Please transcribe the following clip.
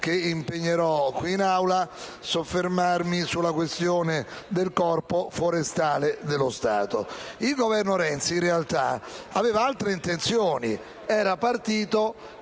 Il Governo Renzi, in realtà, aveva altre intenzioni ed era partito